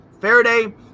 faraday